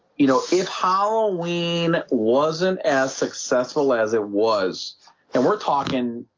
you know if halloween wasn't as successful as it was and we're talking,